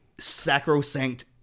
sacrosanct